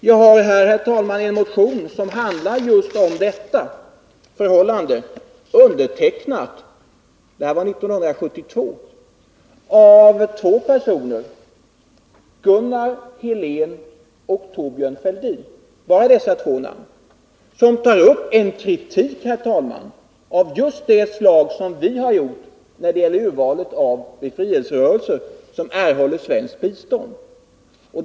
Jag har här en motion från år 1972 som belyser just detta förhållande. Den är undertecknad av två personer: Gunnar Helén och Thorbjörn Fälldin. Där finns bara dessa två namn. Motionen tar upp en kritik som, herr talman, är av just det slag som vi har framfört när det gäller urvalet av befrielserörelser som erhåller svenskt bistånd.